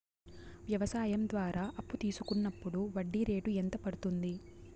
వ్యవసాయం ద్వారా అప్పు తీసుకున్నప్పుడు వడ్డీ రేటు ఎంత పడ్తుంది